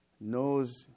knows